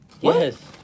Yes